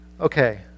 Okay